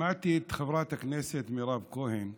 שמעתי את חברת הכנסת מירב כהן,